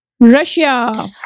Russia